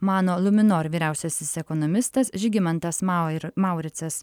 mano luminor vyriausiasis ekonomistas žygimantas mau ir mauricas